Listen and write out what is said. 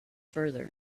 further